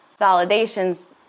validations